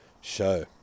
show